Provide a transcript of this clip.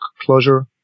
closure